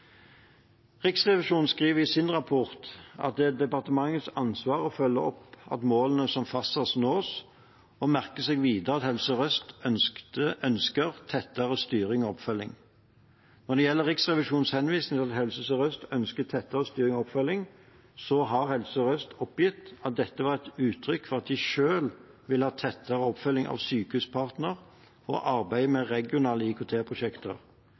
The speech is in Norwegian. Riksrevisjonen skriver i sin rapport at det er departementets ansvar å følge opp at målene som er fastsatt, nås, og merker seg videre at Helse Sør-Øst ønsker tettere styring og oppfølging. Når det gjelder Riksrevisjonens henvisning til at Helse Sør-Øst ønsker tettere styring og oppfølging, har Helse Sør-Øst oppgitt at dette var et uttrykk for at de selv vil ha en tettere oppfølging av Sykehuspartner og arbeidet med regionale